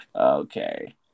Okay